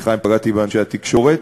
וסליחה אם פגעתי באנשי התקשורת,